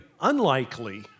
unlikely